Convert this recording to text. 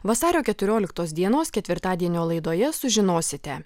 vasario keturioliktos dienos ketvirtadienio laidoje sužinosite